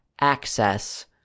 access